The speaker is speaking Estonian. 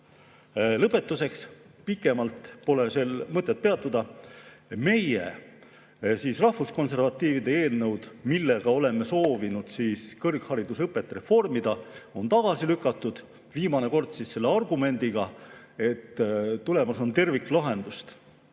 Lõpetuseks. Pikemalt pole sel mõtet peatuda. Meie, rahvuskonservatiivide esitatud eelnõud, millega oleme soovinud kõrgharidusõpet reformida, on tagasi lükatud. Viimane kord tehti seda argumendiga, et tulemas on terviklahendus.